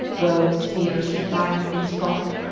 vows, fears, in ire, in sport,